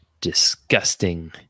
disgusting